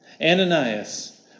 Ananias